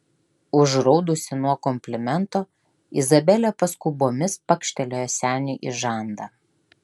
užraudusi nuo komplimento izabelė paskubomis pakštelėjo seniui į žandą